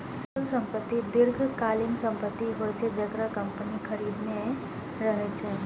अचल संपत्ति दीर्घकालीन संपत्ति होइ छै, जेकरा कंपनी खरीदने रहै छै